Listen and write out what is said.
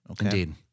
Indeed